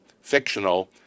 fictional